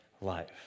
life